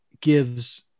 gives